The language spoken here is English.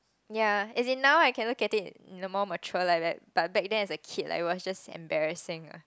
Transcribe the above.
ya as in now I can look at it in a more mature like that but back then I was a kid like it was just embarrassing ah